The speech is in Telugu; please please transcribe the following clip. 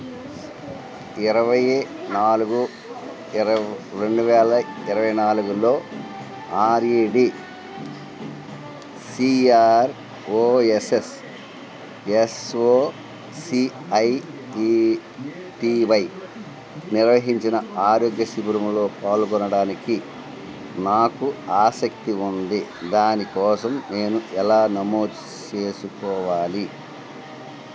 ఇరవై నాలుగు రెండు వేల ఇరవై నాలుగులో R E D C R O S S S O C I E T Y నిర్వహించిన ఆరోగ్య శిబిరంలో పాల్గొనడానికి నాకు ఆసక్తి ఉంది దాని కోసం నేను ఎలా నమోదు చేసుకోవాలి